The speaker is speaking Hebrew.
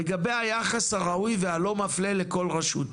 לגבי היחס הראוי והלא מפלה לכל רשות,